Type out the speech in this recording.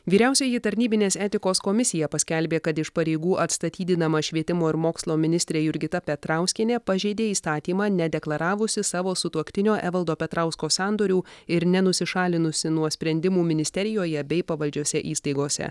vyriausioji tarnybinės etikos komisija paskelbė kad iš pareigų atstatydinama švietimo ir mokslo ministrė jurgita petrauskienė pažeidė įstatymą nedeklaravusi savo sutuoktinio evaldo petrausko sandorių ir nenusišalinusi nuo sprendimų ministerijoje bei pavaldžiose įstaigose